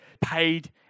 paid